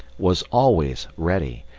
was always ready,